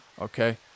okay